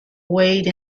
wade